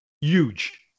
Huge